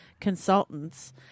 consultants